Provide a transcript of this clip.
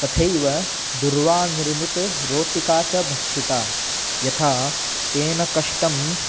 तथैव दूर्वानिर्मितरोटिका च भक्षिता यथा तेन कष्टम्